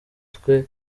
twe